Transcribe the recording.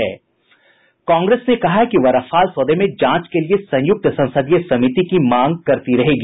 कांग्रेस ने कहा है कि वह रफाल सौदे में जांच के लिए संयुक्त संसदीय समिति की मांग करती रहेगी